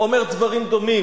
אומר דברים דומים